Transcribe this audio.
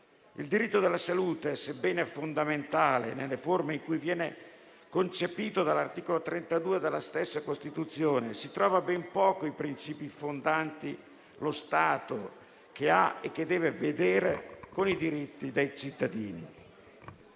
il diritto alla salute sia fondamentale nelle forme in cui viene concepito dall'articolo 32 della stessa Costituzione, si trova ben poco di esso nei principi fondanti lo Stato, che deve occuparsi dei diritti dei cittadini.